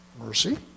Mercy